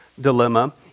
dilemma